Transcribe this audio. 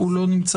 לא.